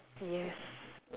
yes